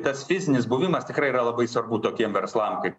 tas fizinis buvimas tikrai yra labai svarbu tokiem verslam kaip